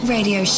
Radio